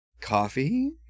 Coffee